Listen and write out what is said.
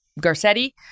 Garcetti